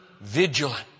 vigilant